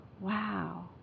wow